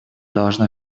должно